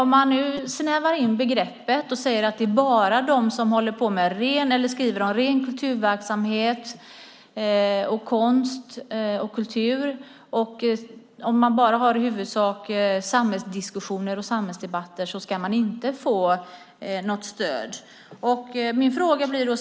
Man snävar in begreppet och säger att det bara är de som skriver om ren kulturverksamhet. Har man i huvudsak samhällsdiskussioner och samhällsdebatter ska man inte få stöd.